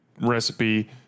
recipe